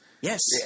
Yes